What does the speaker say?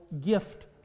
gift